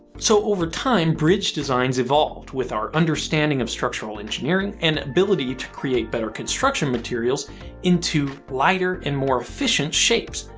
so over time, bridge designs evolved with our understanding of structural engineering and ability to create better construction materials into lighter and more efficient shapes,